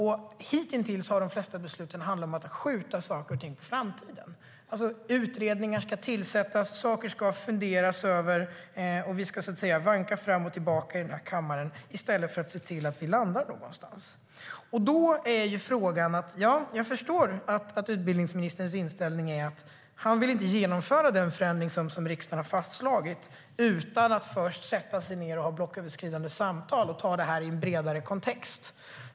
Hittills har de flesta besluten handlat om att skjuta saker och ting på framtiden. Utredningar ska tillsättas, saker ska funderas över och vi ska vanka fram och tillbaka här i kammaren i stället för att se till att vi landar någonstans. Jag förstår att utbildningsministerns inställning är att han inte vill genomföra den förändring som riksdagen har fastslagit utan att först sätta sig ned och ha blocköverskridande samtal och ta det här i en bredare kontext.